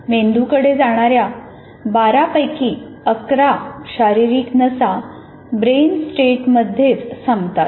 मेंदूकडे जाणाऱ्या 12 पैकी 11 शारीरिक नसा ब्रेन स्टेममध्येच संपतात